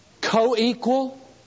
co-equal